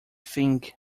think